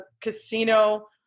casino